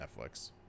Netflix